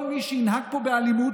כל מי שינהג פה באלימות,